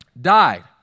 died